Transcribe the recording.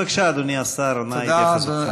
בבקשה, אדוני השר, נא התייחסותך.